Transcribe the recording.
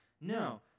No